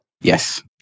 yes